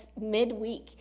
midweek